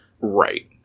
Right